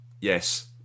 yes